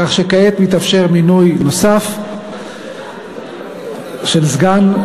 כך שכעת מתאפשר מינוי נוסף של סגן,